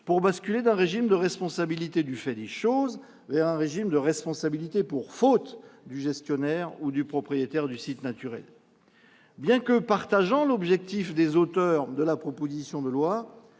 pour basculer d'un régime de responsabilité du fait des choses vers un régime de responsabilité pour faute du gestionnaire ou du propriétaire du site naturel. Bien que partageant l'objectif des auteurs de la proposition de loi,